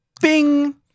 bing